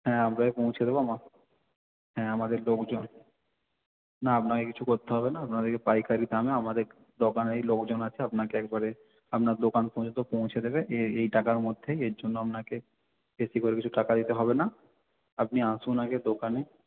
হ্যাঁ আমরাই পৌঁছে দেবো হ্যাঁ আমাদের লোকজন না আপনাকে কিছু করতে হবে না আপনাদেরকে পাইকারি দামে আমাদের দোকানেই লোকজন আছে আপনাকে একবারে আপনার দোকান পর্যন্ত পৌঁছে দেবে এই টাকার মধ্যেই এর জন্য আপনাকে বেশি করে কিছু টাকা দিতে হবে না আপনি আসুন আগে দোকানে